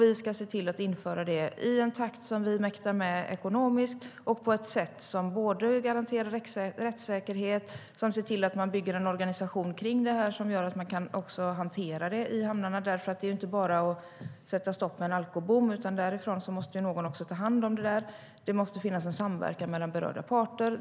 Vi ska se till att införa det i en takt som vi mäktar med ekonomiskt och på ett sätt som garanterar rättssäkerheten. Vi ska se till att man bygger en organisation som gör att man kan hantera detta i hamnarna. Det är inte bara att sätta stopp med en alkobom, utan någon måste sedan ta hand om det. Det måste finnas en samverkan mellan berörda parter.